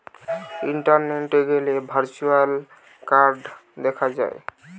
ইন্টারনেটে গ্যালে virtual card দেখা যায়